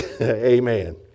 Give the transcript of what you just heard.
amen